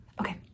Okay